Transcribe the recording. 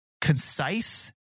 concise